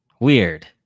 weird